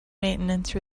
maintenance